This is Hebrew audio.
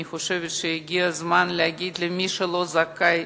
אני חושבת שהגיע הזמן להגיד למי שלא זכאי,